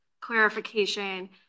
clarification